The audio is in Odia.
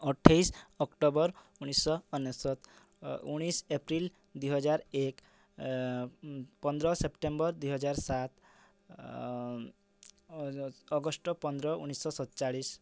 ଅଠେଇଶ ଅକ୍ଟୋବର ଉଣେଇଶହ ଅନେଶ୍ୱତ ଉଣେଇଶହ ଏପ୍ରିଲ୍ ଦୁଇ ହଜାର ଏକ ପନ୍ଦର ସେପ୍ଟେମ୍ବର ଦୁଇ ହଜାର ସାତ ଅଗଷ୍ଟ ପନ୍ଦର ଉଣେଇଶହ ଶତଚାଳିଶ